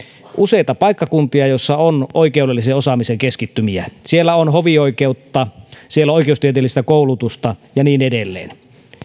useita paikkakuntia joissa on oikeudellisen osaamisen keskittymiä siellä on hovioikeutta siellä on oikeustieteellistä koulutusta ja niin edelleen